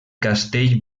castell